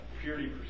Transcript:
purity